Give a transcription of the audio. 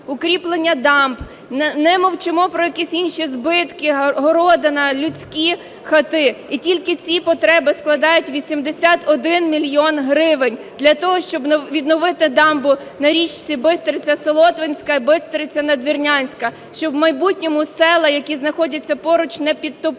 укріплення дамб. Ми мовчимо про якісь інші збитки, городина, людські хати. І тільки ці потреби складають 81 мільйон гривень для того, щоб відновити дамбу на річці Бистриця-Солотвинська і Бистриця-Надвірнянська, щоб в майбутньому села, які знаходяться поруч не підтопило.